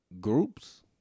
groups